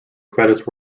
credits